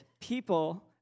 people